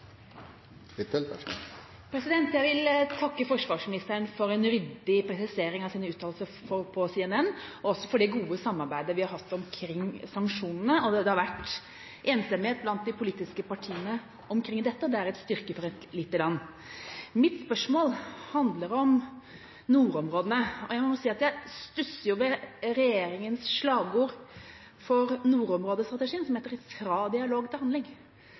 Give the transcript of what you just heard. Jeg vil takke forsvarsministeren for en ryddig presisering av sine uttalelser på CNN og for det gode samarbeidet vi har hatt om sanksjonene. Det har vært enstemmighet blant de politiske partiene om dette, og det er en styrke for et lite land. Mitt spørsmål handler om nordområdene, og jeg må si at jeg stusser over regjeringas slagord for nordområdestrategien, fra dialog til handling. I dagens situasjon mener jeg dialog er et mål i seg selv. Jeg etterlyser også klarere handling,